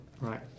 Right